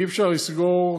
אי-אפשר לסגור,